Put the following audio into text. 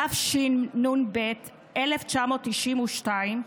התשנ"ב 1992,